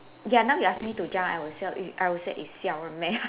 ya now you ask me to jump I would siao err I would say you siao one meh